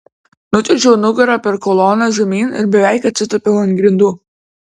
nučiuožiau nugara per koloną žemyn ir beveik atsitūpiau ant grindų